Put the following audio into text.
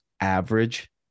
average